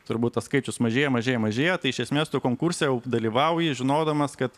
turbūt tas skaičius mažėja mažėja mažėja tai iš esmės tu konkurse dalyvauji žinodamas kad